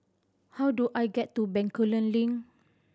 how do I get to Bencoolen Link